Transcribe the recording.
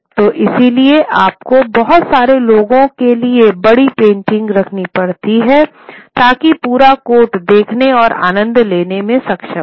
तो इसलिए आपको बहुत सारे लोगों के लिए बड़ी पेंटिंग रखनी पड़ती हैं ताकि पूरा कोर्ट देखने और आनंद लेने में सक्षम हो